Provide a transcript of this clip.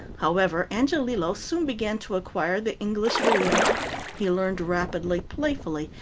however, angiolillo soon began to acquire the english idiom he learned rapidly, playfully,